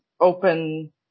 Open